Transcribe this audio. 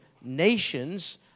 nations